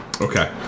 okay